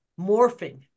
morphing